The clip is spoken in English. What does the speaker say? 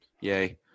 Yay